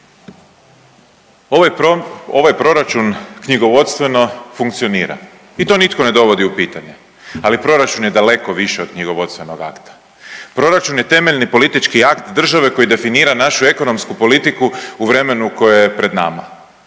Ovaj proračun knjigovodstveno funkcionira i to nitko ne dovodi u pitanje, ali proračun je daleko više od knjigovodstvenog akta. Proračun je temeljni politički akt države koji definira našu ekonomsku politiku u vremenu koje je pred nama.